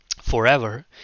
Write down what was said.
forever